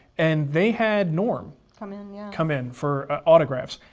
and they had norm come in yeah come in for autographs.